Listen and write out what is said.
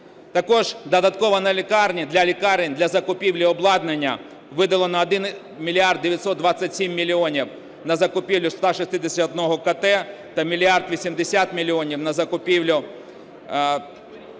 Також додатково на лікарні, для лікарень, для закупівлі обладнання виділено 1 мільярд 927 мільйонів – на закупівлю 161 КТ та 1 мільярд 80 мільйонів – на закупівлю